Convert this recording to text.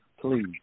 please